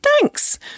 thanks